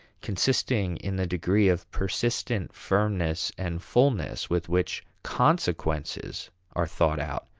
consisting in the degree of persistent firmness and fullness with which consequences are thought out,